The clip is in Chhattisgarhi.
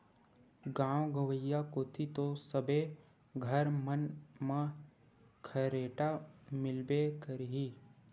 गाँव गंवई कोती तो सबे घर मन म खरेटा मिलबे करही